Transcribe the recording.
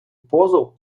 позов